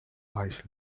aisle